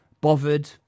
bothered